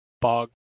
Bog